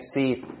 see